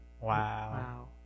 wow